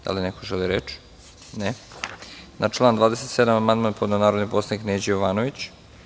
Da li neko želi reč? (Ne.) Na član 27. amandman je podneo narodni poslanik Neđo Jovanović.